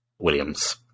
Williams